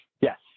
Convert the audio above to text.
Yes